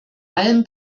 allem